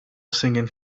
singing